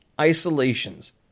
isolations